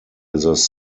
its